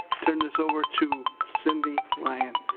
turn this over to cindy lyon.